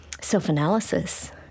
self-analysis